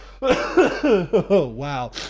Wow